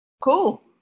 cool